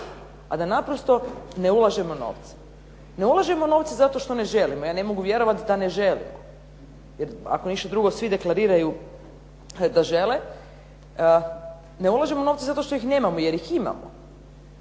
a da naprosto ne ulažemo novce. Ne ulažemo novce zato što ne želimo, ja ne mogu vjerovati da ne želimo jer ako ništa drugo svi deklariraju da žele. Ne ulažemo novce zato što ih nemamo jer ih imamo.